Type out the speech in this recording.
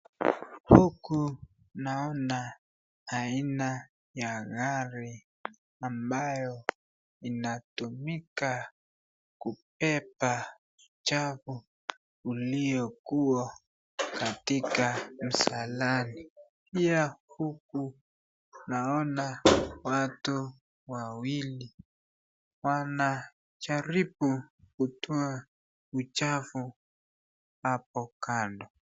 Huku naona aina ya gari ambayo inatumika kubeba uchafu uliokuwa katika msalani. Pia huku naona watu wawili wanajaribu kutoa uchafu hapo kando.